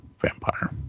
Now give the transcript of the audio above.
vampire